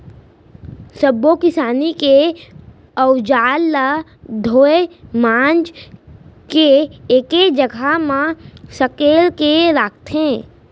सब्बो किसानी के अउजार ल धोए मांज के एके जघा म सकेल के राखथे